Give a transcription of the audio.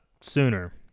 sooner